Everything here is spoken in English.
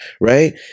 right